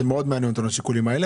זה מאוד מעניין אותנו השיקולים האלה,